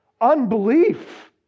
Unbelief